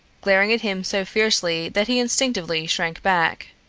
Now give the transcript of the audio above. glaring at him so fiercely that he instinctively shrank back,